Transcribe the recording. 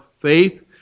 faith